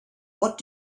what